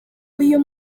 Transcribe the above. uyu